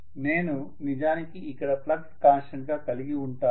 నేను నిజానికి ఇక్కడ ఫ్లక్స్ కాన్స్టంట్ గా కలిగివుంటాను